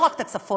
לא רק את הצפון,